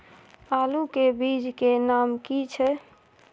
आलू के बीज के नाम की छै?